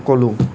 ক'লোঁ